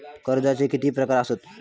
कर्जाचे किती प्रकार असात?